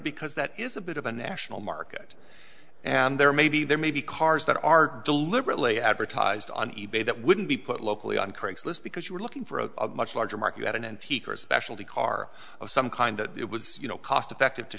because that is a bit of a national market and there may be there may be cars that are deliberately advertised on e bay that wouldn't be put locally on craigslist because you're looking for a much larger market an antique or a specialty car of some kind that it was you know cost effective to